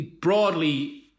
broadly